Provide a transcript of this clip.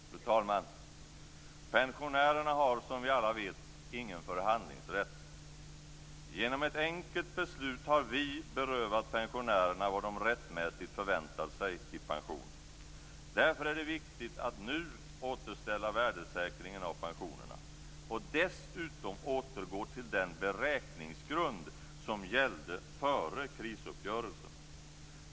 Fru talman! Pensionärerna har, som vi alla vet, ingen förhandlingsrätt. Genom ett enkelt beslut har vi berövat pensionärerna vad de rättmätigt förväntat sig i pension. Därför är det viktigt att nu återställa värdesäkringen av pensionerna, och dessutom återgå till den beräkningsgrund som gällde före krisuppgörelsen.